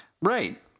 Right